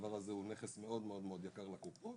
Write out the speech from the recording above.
הדבר הזה הוא נכס מאוד מאוד יקר לקופות.